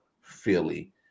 Philly